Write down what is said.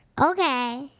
Okay